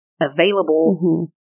available